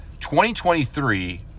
2023